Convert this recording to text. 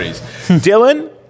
Dylan